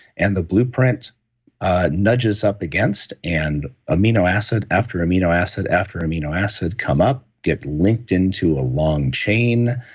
and the blueprint nudges up against and amino acid after amino acid after amino acid come up, get linked in to a long chain.